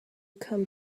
come